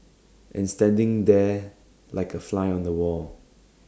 and standing there like A fly on the wall